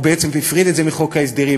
או בעצם הפריד את זה מחוק ההסדרים,